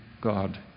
God